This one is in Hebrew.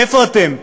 איפה אתם?